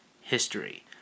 history